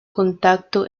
contacto